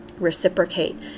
reciprocate